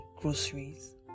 groceries